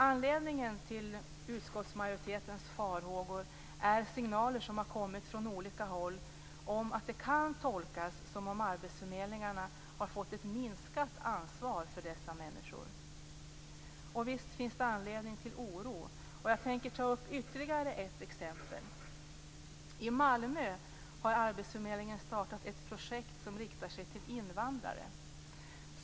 Anledningen till utskottsmajoritetens farhågor är signaler som har kommit från olika håll om att det kan tolkas som om arbetsförmedlingarna har fått ett minskat ansvar för dessa människor. Och visst finns det anledning till oro, och jag tänker ta upp ytterligare ett exempel. I Malmö har arbetsförmedlingen startat ett projekt som riktar sig till invandrare.